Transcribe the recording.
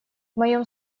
моем